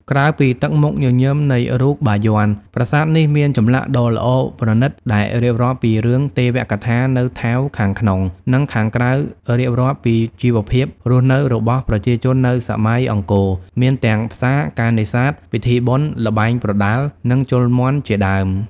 ក្រៅពីទឹកមុខញញឹមនៃរូបបាយ័ន ប្រាសាទនេះមានចម្លាក់ដ៏ល្អប្រណីត ដែលរៀបរាប់ពីរឿងទេវកថានៅថែវខាងក្នុង និងខាងក្រៅរៀបរាប់ពីជីវភាពរស់នៅរបស់ប្រជាជននៅសម័យអង្គរមានទាំងផ្សារ ការនេសាទ ពិធីបុណ្យ ល្បែងប្រដាល់ និងជល់មាន់ជាដើម។